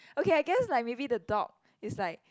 okay I guess like maybe the dog is like